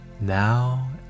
now